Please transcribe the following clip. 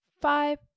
five